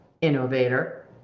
innovator